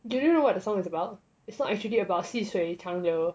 do you what the song is about it's not actually about 细水长流